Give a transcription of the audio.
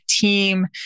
team